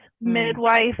midwife